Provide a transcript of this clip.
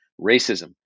racism